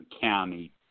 County